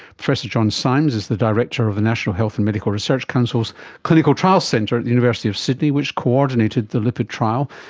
professor john simes is the director of the national health and medical research council's clinical trials centre at the university of sydney which coordinated the lipid trial,